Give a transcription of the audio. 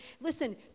Listen